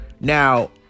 Now